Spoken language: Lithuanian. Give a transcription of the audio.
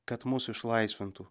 kad mus išlaisvintų